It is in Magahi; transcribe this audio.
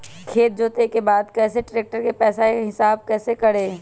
खेत जोते के बाद कैसे ट्रैक्टर के पैसा का हिसाब कैसे करें?